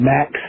Max